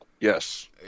Yes